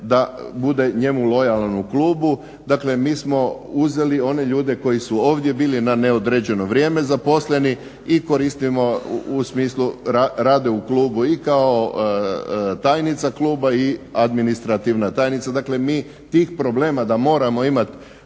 da bude njemu lojalan u klubu. Dakle, mi smo uzeli one ljude koji su ovdje bili na neodređeno vrijeme zaposleni i koristimo u smislu, rade u klubu i kao tajnica kluba i administrativna tajnica. Dakle, mi tih problema da moramo imat